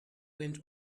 went